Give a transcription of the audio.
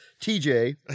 TJ